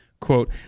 quote